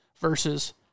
Versus